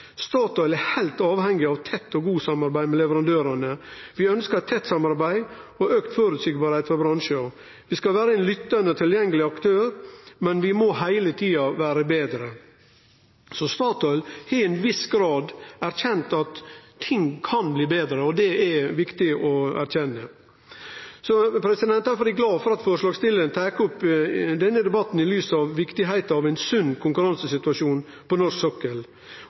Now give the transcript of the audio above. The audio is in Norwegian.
er helt avhengig av tett og godt samarbeid med leverandørene. Vi ønsker tett samarbeid og økt forutsigbarhet for bransjen. Vi skal være en lyttende og tilgjengelig aktør, men vi må vi hele tiden bli bedre.» Statoil har i ein viss grad erkjent at ting kan bli betre, og det er viktig å erkjenne. Difor er eg glad for at forslagsstillarane tar opp denne debatten i lys av viktigheita av ein sunn konkurransesituasjon på norsk sokkel,